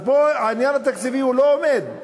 אז העניין התקציבי לא עומד,